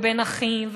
ובין אחים,